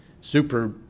super